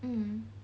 mm